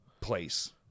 place